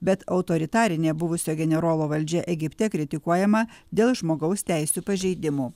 bet autoritarinė buvusio generolo valdžia egipte kritikuojama dėl žmogaus teisių pažeidimų